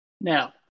Now